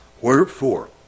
wherefore